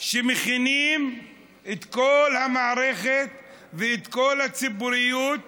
שמכינים את כל המערכת ואת כל הציבוריות